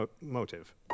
motive